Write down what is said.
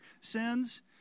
sins